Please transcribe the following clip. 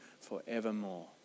forevermore